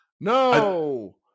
no